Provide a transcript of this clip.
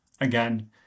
again